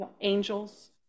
Angels